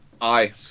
Aye